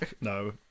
No